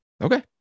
Okay